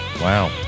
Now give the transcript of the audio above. Wow